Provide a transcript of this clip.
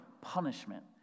punishment